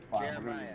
Jeremiah